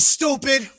Stupid